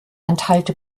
enthalte